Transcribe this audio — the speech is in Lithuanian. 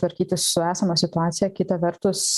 tvarkytis su esama situacija kita vertus